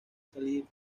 salir